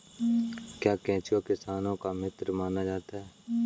क्या केंचुआ किसानों का मित्र माना जाता है?